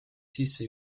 sisse